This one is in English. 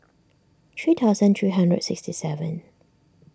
three thousand three hundred and sixty seven